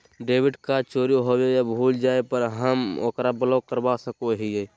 debit card चोरी होवे या भुला जाय पर हम ओकरा ब्लॉक करवा सको हियै